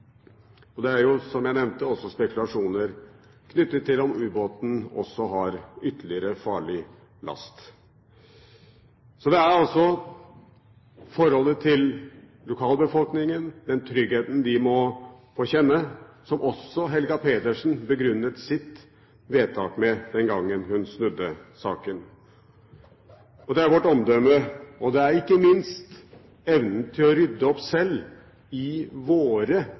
Det er, som jeg nevnte, også spekulasjoner knyttet til om ubåten har ytterligere farlig last. Det er altså forholdet til lokalbefolkningen, den tryggheten de må få kjenne, som Helga Pedersen begrunnet sitt vedtak med den gangen hun snudde i saken. Det gjelder også vårt omdømme, ikke minst kan evnen til å rydde opp selv i våre